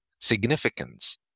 significance